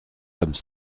comme